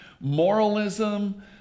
moralism